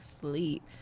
sleep